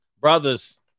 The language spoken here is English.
Brothers